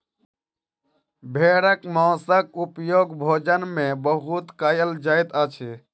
भेड़क मौंसक उपयोग भोजन में बहुत कयल जाइत अछि